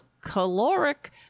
caloric